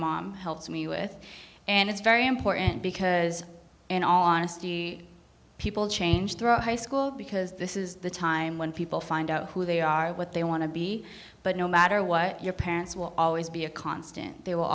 mom helped me with and it's very important because in all honesty people change throughout high school because this is the time when people find out who they are what they want to be but no matter what your parents will always be a constant they will